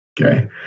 Okay